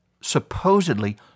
supposedly